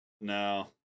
No